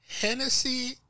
Hennessy